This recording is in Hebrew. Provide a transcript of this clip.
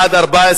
14 בעד,